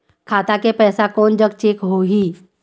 खाता के पैसा कोन जग चेक होही?